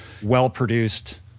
well-produced